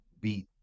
beat